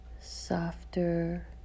softer